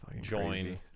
join